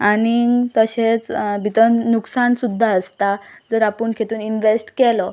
आनीक तशेंच भितर लुकसाण सुद्दां आसता जर आपूण हितून इनवॅस्ट केलो